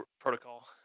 protocol